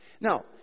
Now